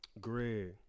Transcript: Greg